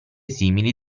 simili